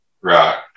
Right